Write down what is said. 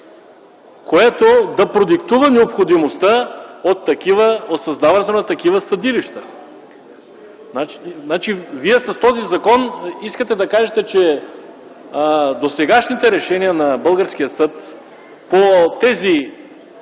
което да продиктува необходимостта от създаването на такива съдилища?! С този закон вие искате да кажете, че не сте доволни от досегашните решения на българския съд по тези